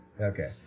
Okay